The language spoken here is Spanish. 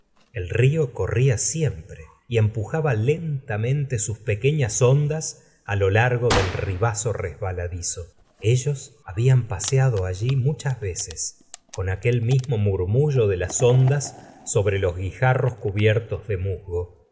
el río corría siempre y empujaba lentamente sus pequeñas ondas á lo largo del ribazo resbaladizo ellos hablan paseado allí muchas veces con aquel mismo murmullo de las ondas sobre los guigarros cubiertos de musgo